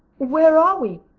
where are we?